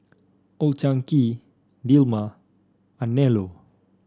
Old Chang Kee Dilmah Anello